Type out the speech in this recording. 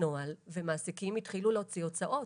ומעסיקים התחילו להוציא הוצאות.